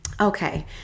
Okay